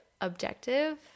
objective